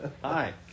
Hi